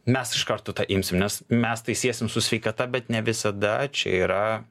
mes iš karto tą imsim nes mes tai siesim su sveikata bet ne visada čia yra